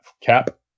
Cap